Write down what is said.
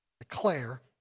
Declare